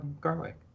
garlic